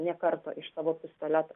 nė karto iš savo pistoleto